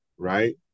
Right